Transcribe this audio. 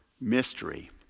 mystery